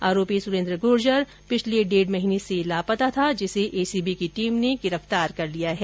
आरोपी सुरेंद्र गुर्जर बीते डेढ़ महीने से लापता था जिसे एसीबी की टीम ने गिरफ्तार कर लिया है